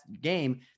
game